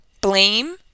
blame